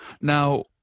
Now